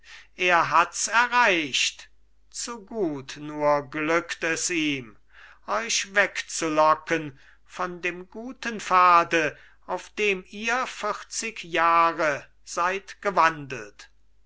er hats erreicht zu gut nur glückt es ihm euch wegzulocken von dem guten pfade auf dem ihr vierzig jahre seid gewandelt